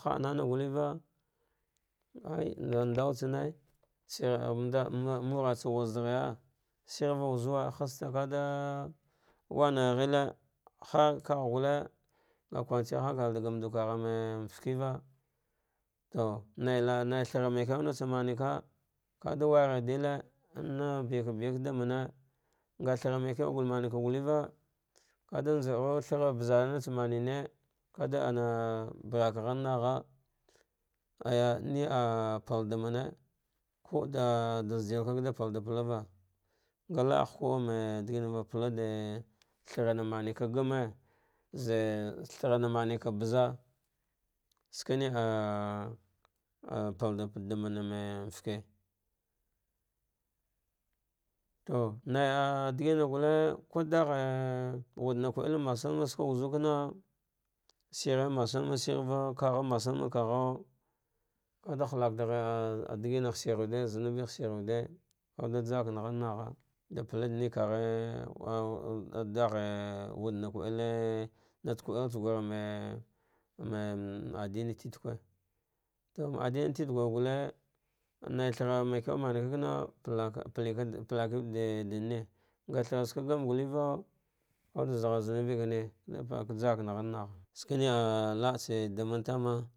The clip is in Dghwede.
Hanana guleve feha nuratsa wuz daghare shiva wuzuwe haste kada wanarghile, harkagh gute nga kuncin hankali da gamdu vanghan fekeva to naila'a nai thrana ma ke natsa maneka kada warardile, na vikavika damane, nathra maikew na maneka guleva, kade njaru thara bazana manene kada ana ana barnagh nagha aga na'ah paldamane kada zedel kada palda palava, nga la'agh kude diginava, pala de tharana maneka gamme ze ze tharana manneka aza, shikane ah ah pav damane feke to naija ah dagina gule ko daghe na wude na kul masalma, shire masalma shiva, kagha masalma, kada haldargh shika va, kagha masalma, kada haldargh shika diginashi wude, zunubegh shirwude kudude jakkanagh nagha, dapal danivagha ah daghe wude na kael natsa ka'el me me adine titetque to ma adine titeque gale na thara maikwe, maneva kanaw pal palake wude didine naga thara tsaka gam gateva kawude zaghar zunube gane kap jakkana ghare sakane ah la atse daman tama.